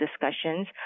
discussions